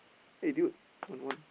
eh dude one one